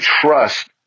trust